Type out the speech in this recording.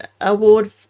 award